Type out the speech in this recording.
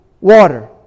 water